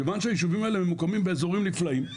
כיוון שהישובים האלה ממוקמים באזורים נפלאים,